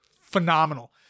phenomenal